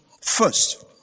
first